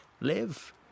live